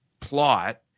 plot